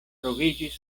troviĝis